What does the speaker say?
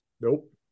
Nope